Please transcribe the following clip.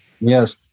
Yes